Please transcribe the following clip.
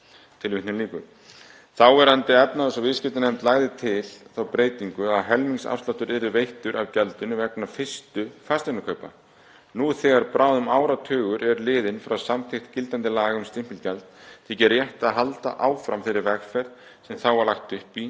til afnáms þeirra.“ Þáverandi efnahags- og viðskiptanefnd lagði til þá breytingu að helmingsafsláttur yrði veittur af gjaldinu vegna fyrstu fasteignakaupa. Nú þegar bráðum áratugur er liðinn frá samþykkt gildandi laga um stimpilgjald þykir rétt að halda áfram þeirri vegferð sem þá var lagt upp í